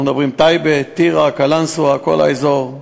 אנחנו מדברים על טייבה, טירה, קלנסואה, כל האזור,